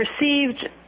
received